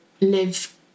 live